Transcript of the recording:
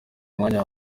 mwanya